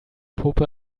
puppe